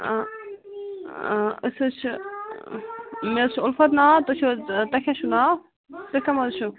آ آ أسۍ چھِ مےٚ حَظ چھُ اُلفت ناو تُہۍ چھِو حَظ تۄہہِ کیٛاہ چھُو ناو تُہۍ کٕم حَظ چھُو